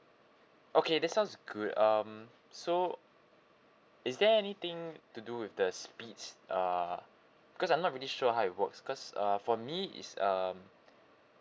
okay that sounds good um so is there anything to do with the speeds uh because I'm not really sure how it works cause err for me is um